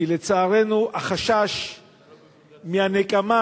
כי לצערנו החשש מהנקמה,